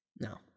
No